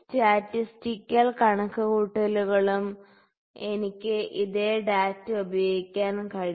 statistical കണക്കുകൂട്ടലുകളിലും എനിക്ക് ഇതേ ഡാറ്റ ഉപയോഗിക്കാൻ കഴിയും